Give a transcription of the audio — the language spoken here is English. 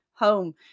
home